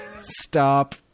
stop